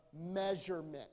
measurement